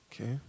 Okay